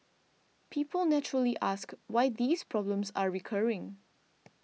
people naturally ask why these problems are recurring